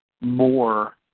more